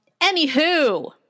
Anywho